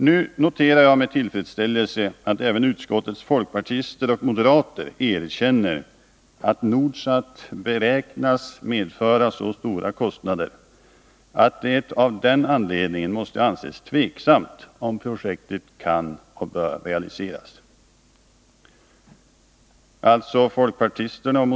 Jag noterar med tillfredsställelse att även utskottets folkpartister och moderater nu erkänner att Nordsat beräknas medföra ”så stora kostnader att det av den anledningen måste anses tveksamt om projektet kan och bör realiseras”.